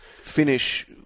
finish